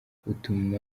utuma